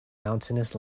mountainous